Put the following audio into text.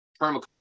permaculture